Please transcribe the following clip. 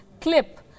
Clip